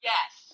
Yes